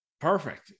Perfect